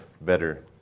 better